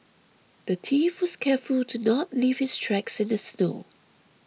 the thief was careful to not leave his tracks in the snow